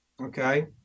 Okay